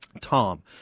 Tom